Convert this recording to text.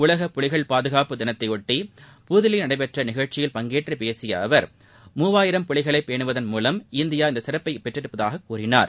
உலக புலிகள் பாதுகாப்பு தினத்தையொட்டி புதுதில்லியில் நடைபெற்ற நிகழ்ச்சியில் பங்கேற்று பேசிய அவர் மூவாயிரம் புலிகளை பேனுவதன் மூவம் இந்த சிறப்பை இந்தியா அடைந்திருப்பதாக கூறினார்